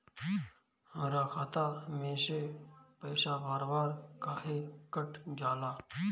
हमरा खाता में से पइसा बार बार काहे कट जाला?